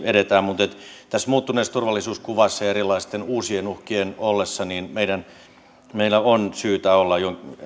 edetään mutta tässä muuttuneessa turvallisuuskuvassa ja erilaisten uusien uhkien ollessa meillä on syytä olla jo